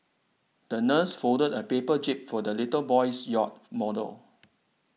the nurse folded a paper jib for the little boy's yacht model